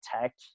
tech